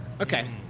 Okay